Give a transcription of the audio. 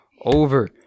over